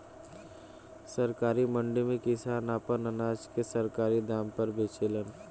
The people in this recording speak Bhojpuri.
सरकारी मंडी में किसान आपन अनाज के सरकारी दाम पर बेचेलन